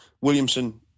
Williamson